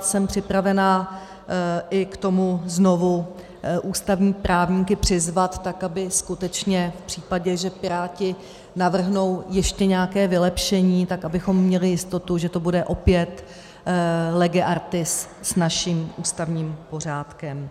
Jsem připravena i k tomu znovu ústavní právníky přizvat, tak aby skutečně v případě, že Piráti navrhnou ještě nějaké vylepšení, tak abychom měli jistotu, že to bude opět lege artis s naším ústavním pořádkem.